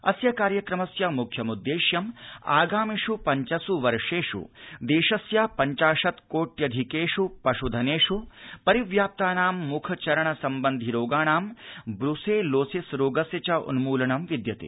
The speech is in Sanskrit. अस्य कार्यक्रमस्य मुख्यमुद्देश्यम् आगामिष् पश्वस् वर्षेष् देशस्य पश्वाशत्कोट्यधिकेष् पश्धनेष् परिव्याप्तानां मुखचरणसम्बन्धि रोगाणां ब्रसेलोसिस रोगस्य च उन्मूलनं विद्यते